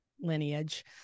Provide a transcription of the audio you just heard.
lineage